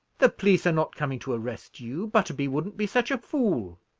the police are not come to arrest you. butterby wouldn't be such a fool!